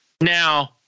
Now